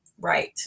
Right